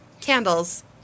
candles